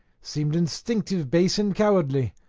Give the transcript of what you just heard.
seemed instinctive base and cowardly,